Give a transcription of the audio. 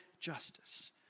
justice